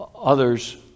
others